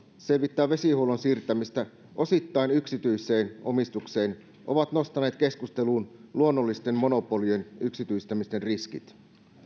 selvittää vesihuollon siirtämistä osittain yksityiseen omistukseen ovat nostaneet keskusteluun luonnollisten monopolien yksityistämisten riskit